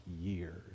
years